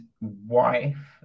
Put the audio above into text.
wife